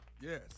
Yes